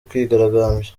kwigaragambya